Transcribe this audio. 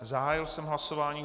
Zahájil jsem hlasování.